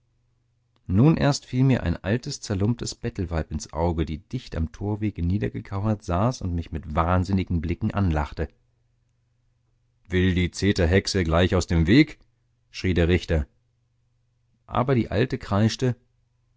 nun erst fiel mir ein altes zerlumptes bettelweib ins auge die dicht am torwege niedergekauert saß und mich mit wahnsinnigen blicken anlachte will die zeterhexe gleich aus dem weg schrie der richter aber die alte kreischte